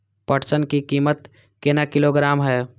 पटसन की कीमत केना किलोग्राम हय?